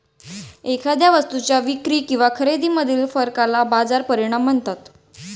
एखाद्या वस्तूच्या विक्री किंवा खरेदीमधील फरकाला बाजार परिणाम म्हणतात